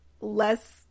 less